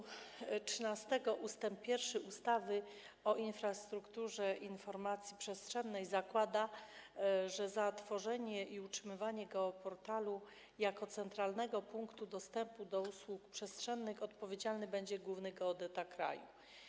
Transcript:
Zmiana art. 13 ust. 1 ustawy o infrastrukturze informacji przestrzennej zakłada, że za tworzenie i utrzymywanie geoportalu jako centralnego punktu dostępu do usług przestrzennych odpowiedzialny będzie główny geodeta kraju.